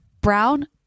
brown